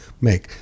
make